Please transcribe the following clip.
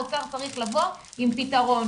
האוצר צריך לבוא עם פתרון,